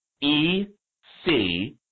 E-C